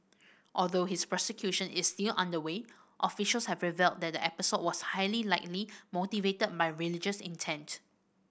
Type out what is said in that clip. although his prosecution is still underway officials have revealed that the episode was highly likely motivated by religious intent